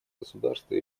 государства